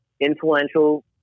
influential